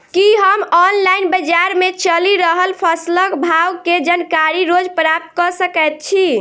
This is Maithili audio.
की हम ऑनलाइन, बजार मे चलि रहल फसलक भाव केँ जानकारी रोज प्राप्त कऽ सकैत छी?